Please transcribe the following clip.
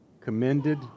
commended